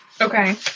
Okay